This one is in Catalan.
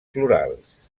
florals